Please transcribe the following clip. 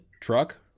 truck